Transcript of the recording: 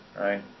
right